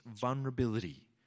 vulnerability